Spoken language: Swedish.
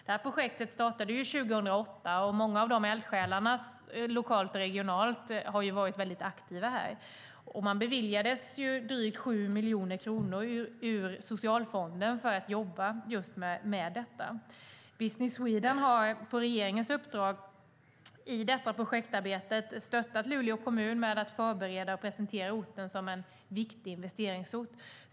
Det här projektet startade 2008, och många av eldsjälarna, lokalt och regionalt, har varit väldigt aktiva. Man beviljades drygt 7 miljoner kronor ur Socialfonden för att jobba med detta. Business Sweden har på regeringens uppdrag i detta projektarbete stöttat Luleå kommun med att förbereda och presentera orten som en viktig investeringsort.